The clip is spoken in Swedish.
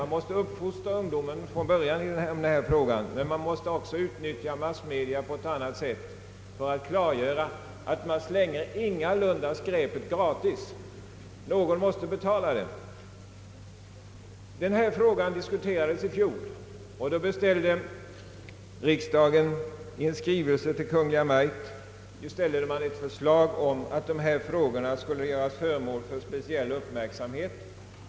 Vi måste uppfostra ungdomen från början i denna fråga, men också utnyttja massmedia för att klargöra för folk att man ingalunda slänger skräp gratis — någon måste betala det. Detta problem diskuterades i fjol, och då hemställde riksdagen enligt allmänna beredningsutskottets utlåtande nr 3 i skrivelse till Kungl. Maj:t att dessa frågor skulle göras till föremål för speciell uppmärksamhet.